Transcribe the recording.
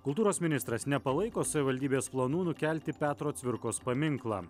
kultūros ministras nepalaiko savivaldybės planų nukelti petro cvirkos paminklą